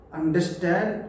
understand